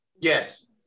Yes